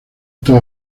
estos